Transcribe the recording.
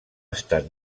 estat